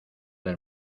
del